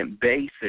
basis